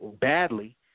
badly